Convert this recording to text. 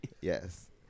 Yes